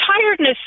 tiredness